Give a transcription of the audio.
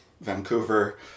Vancouver